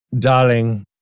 Darling